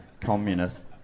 communist